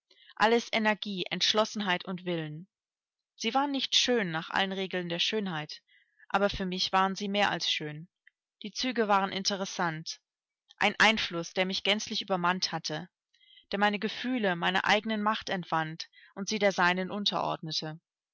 alles energie entschlossenheit und willen sie waren nicht schön nach allen regeln der schönheit aber für mich waren sie mehr als schön die züge waren interessant ein einfluß der mich gänzlich übermannt hatte der meine gefühle meiner eigenen macht entwand und sie der seinen unterordnete